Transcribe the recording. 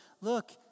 look